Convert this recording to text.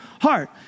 heart